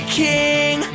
king